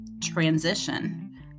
transition